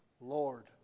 Lord